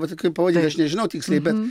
va tai kaip pavadint aš nežinau tiksliai bet